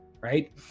right